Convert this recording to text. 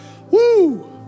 Woo